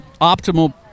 optimal